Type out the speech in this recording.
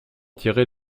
tirer